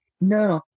no